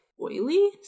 oily